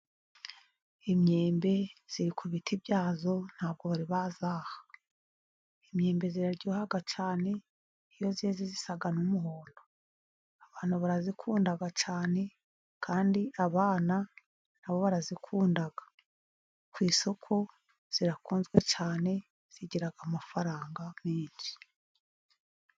Imyembe iri ku biti byayo ntabwo bari bayaha. Imyembe iraryoha cyane, iyo yeze isa n'umuhondo, abantu barayikunda cyane ,kandi abana na bo barayikunda ,ku isoko irakunzwe cyane, igira amafaranga menshi.